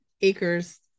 acres